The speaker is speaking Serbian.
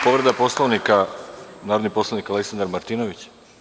Povreda Poslovnika, narodni poslanik Aleksandar Martinović.